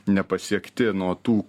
nepasiekti nuo tų